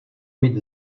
mít